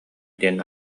диэн